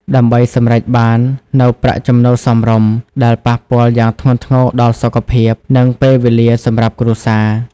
ដើម្បីសម្រេចបាននូវប្រាក់ចំណូលសមរម្យ ដែលប៉ះពាល់យ៉ាងធ្ងន់ធ្ងរដល់សុខភាព និងពេលវេលាសម្រាប់គ្រួសារ។